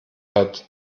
hat